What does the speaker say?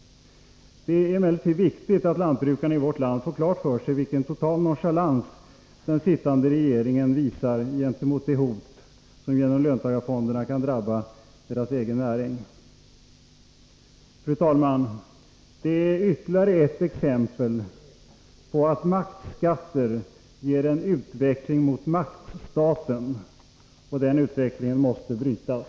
Det är emellertid viktigt att lantbrukarna i vårt land får klart för sig vilken total nonchalans den sittande regeringen visar gentemot det hot, som genom löntagarfonderna kan drabba deras egen näring. Fru talman! Detta är ytterligare ett exempel på att maktskatter ger en utveckling mot maktstaten. Den utvecklingen måste brytas.